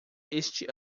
este